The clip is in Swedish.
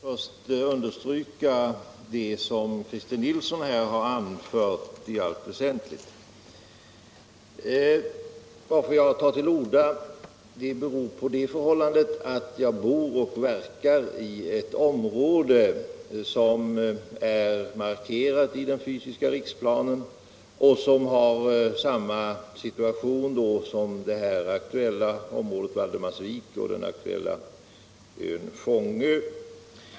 Herr talman! Jag vill först i allt väsentligt understryka det som Christer Nilsson har anfört. Att jag tar till orda beror på att jag bor och verkar i ett område som är markerat i den fysiska riksplanen och som befinner sig i samma situation som det här aktuella Fångöområdet.